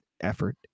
effort